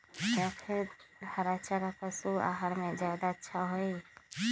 या फिर हरा चारा पशु के आहार में ज्यादा अच्छा होई?